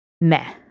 meh